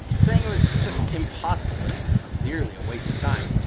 saying it was just impossible and clearly a waste of time.